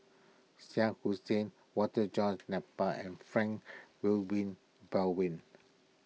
Shah Hussain Walter John Napier and Frank Wilmin Belwin